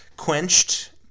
Quenched